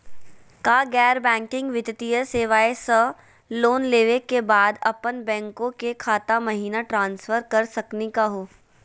का गैर बैंकिंग वित्तीय सेवाएं स लोन लेवै के बाद अपन बैंको के खाता महिना ट्रांसफर कर सकनी का हो?